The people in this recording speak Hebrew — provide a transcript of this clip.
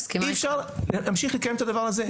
אי אפשר להמשיך לקיים את הדבר הזה.